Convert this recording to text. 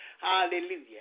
Hallelujah